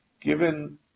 given